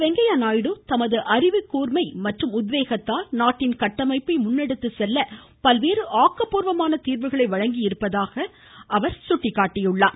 வெங்கையா நாயுடு தமது அறிவுக்கூர்மை மற்றும் உத்வேகத்தால் நாட்டின் கட்டமைப்பை முன்னெடுத்து செல்ல பல்வேறு ஆக்கப்பூர்வமான தீர்வுகளை வழங்கியிருப்பதாக அவர் சுட்டிக்காட்டினார்